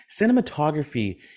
Cinematography